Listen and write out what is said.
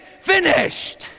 finished